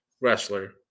wrestler